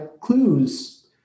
clues